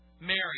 Mary